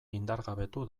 indargabetu